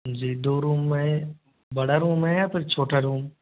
जी दो रूम में बड़ा रूम है या फिर छोटा रूम